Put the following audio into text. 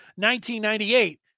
1998